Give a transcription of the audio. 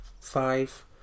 five